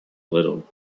little